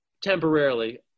temporarily